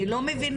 אני לא מבינה.